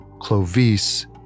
Clovis